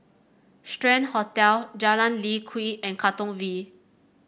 Strand Hotel Jalan Lye Kwee and Katong V